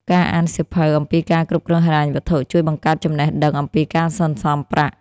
ការអានសៀវភៅអំពីការគ្រប់គ្រងហិរញ្ញវត្ថុជួយបង្កើតចំណេះដឹងអំពីការសន្សុំប្រាក់។